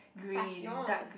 fashion